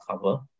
cover